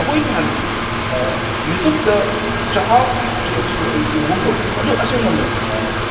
ꯑꯩꯈꯣꯏ ꯅꯍꯥꯟ ꯌꯨꯇ꯭ꯌꯨꯕꯇ ꯆꯍꯥꯎꯒꯤ ꯀꯦꯛꯁꯨ ꯑꯩ ꯎꯒꯨꯝ ꯇꯧꯒꯤꯋꯦꯕ ꯑꯗꯨ ꯑꯁꯦꯡꯕ ꯂꯩꯕ꯭ꯔꯥ